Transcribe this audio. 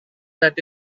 that